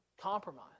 compromise